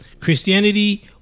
Christianity